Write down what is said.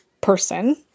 Person